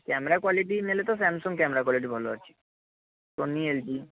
camera quality ନେଲେ ତ Samsung camera quality ଭଲ ଅଛି ସୋନି ଏଲଜି